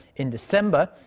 in december,